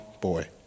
boy